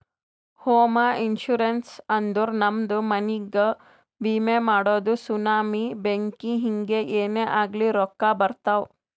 ಹೋಮ ಇನ್ಸೂರೆನ್ಸ್ ಅಂದುರ್ ನಮ್ದು ಮನಿಗ್ಗ ವಿಮೆ ಮಾಡದು ಸುನಾಮಿ, ಬೆಂಕಿ ಹಿಂಗೆ ಏನೇ ಆಗ್ಲಿ ರೊಕ್ಕಾ ಬರ್ತಾವ್